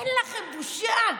אין לכם בושה.